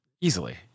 easily